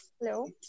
Hello